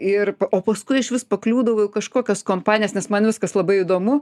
ir o paskui išvis pakliūdavau į kažkokias kompanijas nes man viskas labai įdomu